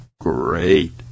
Great